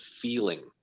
feeling